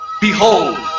Behold